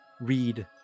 read